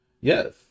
Yes